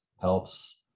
helps